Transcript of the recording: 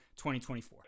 2024